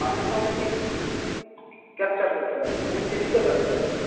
তালের সঙ্গে ঠিক ক্যাপচার করতে পারে নি মিউজিক নিতে পারে নি ব্যাপারটা